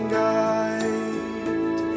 guide